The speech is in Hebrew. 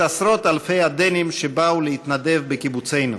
עשרות-אלפי הדנים שבאו להתנדב בקיבוצינו.